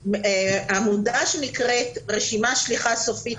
העמודה שנקראת 'רשימת שליחה סופית